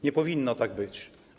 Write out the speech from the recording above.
Nie powinno tak być.